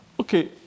Okay